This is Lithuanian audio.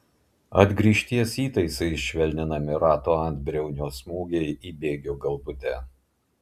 atgrįžties įtaisais švelninami rato antbriaunio smūgiai į bėgio galvutę